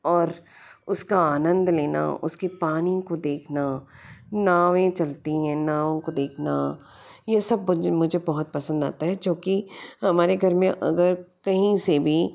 और उसका आनंद लेना उसके पानी को देखना नावें चलती हैं नाव को देखना यह सब मुझे बहुत पसंद आता है च्योंकि हमारे घर में अगर कहीं से भी